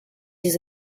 his